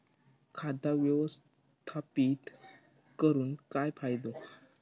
खाता व्यवस्थापित करून काय फायदो?